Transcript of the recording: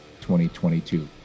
2022